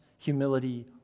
humility